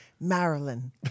Marilyn